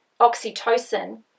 oxytocin